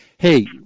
Hey